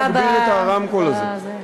אולי להגביר את הרמקול הזה?